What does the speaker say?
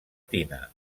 tina